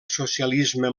socialisme